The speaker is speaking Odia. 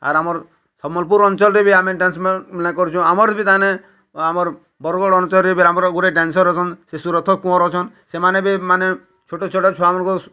ଆର୍ ଆମର ସମ୍ୱଲପୁର ଅଞ୍ଚଳରେ ବି ଆମେ ଡ୍ୟାନ୍ସମାନେ କରୁଛୁଁ ଆମର୍ ବି ତାନେ ଆମର୍ ବରଗଡ଼ ଅଞ୍ଚଳରେ ବି ଆମର ଗୁଡ଼େ ଡ୍ୟାନ୍ସର୍ ଅଛନ୍ ଶିଶୁ ରଥ କୁଅଁର୍ ଅଛନ୍ ସେମାନେ ବି ମାନେ ଛୋଟ ଛୋଟ ଛୁଆମାନଙ୍କୁ